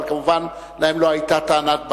אבל כמובן להם לא היתה טענת בעלות.